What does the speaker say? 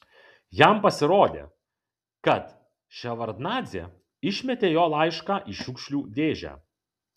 jam pasirodė kad ševardnadzė išmetė jo laišką į šiukšlių dėžę